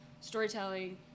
storytelling